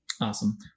awesome